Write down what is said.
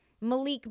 Malik